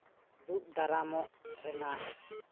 ᱫᱩᱜ ᱫᱟᱨᱟᱢᱚᱜ ᱨᱮᱱᱟᱜ